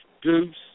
Goose